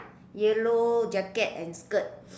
yellow jacket and skirt